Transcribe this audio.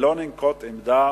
אם לא ננקוט עמדה